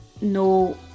no